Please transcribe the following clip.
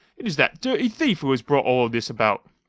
it is that dirty thief who has brought all this about.